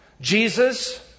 Jesus